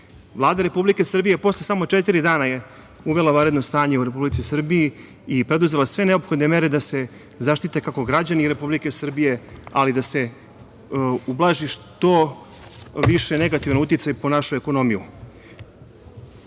Republike Srbije je posle samo četiri dana uvela vanredno stanje u Republici Srbiji i preduzela sve neophodne mere da se zaštite kako građani Republike Srbije, ali da se ublaži što više negativan uticaj po našu ekonomiju. Vršili